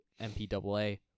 MPAA